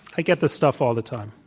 i get this stuff all the time.